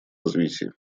развитии